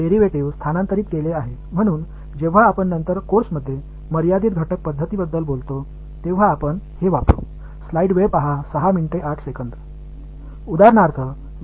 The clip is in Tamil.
எனவே நான் ஒரு டிரைவேடிவை இலிருந்து f க்கு மாற்றியுள்ளேன் பகுதிகளின் இன்டெகிரஷன் எனக்கு ஒரு வழியைக் கொடுத்தது என்று நீங்கள் நினைக்கலாம்